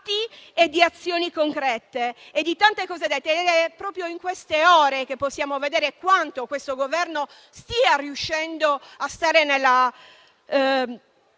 È proprio nelle ultime ore che possiamo vedere quanto questo Governo stia riuscendo a stare nella